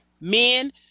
Men